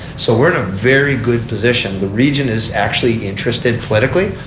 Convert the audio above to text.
so we're in a very good position. the region is actually interested politically.